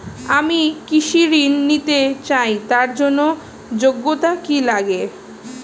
আমি কৃষি ঋণ নিতে চাই তার জন্য যোগ্যতা কি লাগে?